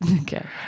Okay